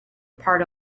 part